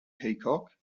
peacock